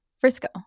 Frisco